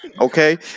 Okay